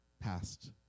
past